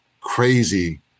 crazy